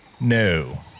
No